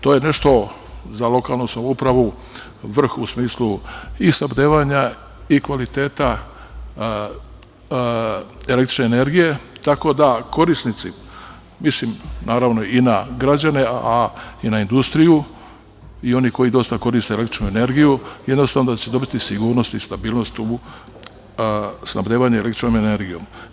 To je nešto za lokalnu samoupravu vrh u smislu i snabdevanja i kvaliteta električne energije, tako da korisnici, mislim naravno i na građane, a i na industriju i oni koji dosta koriste električnu energiju jednostavno će dobiti sigurnost i stabilnost u snabdevanje električnom energijom.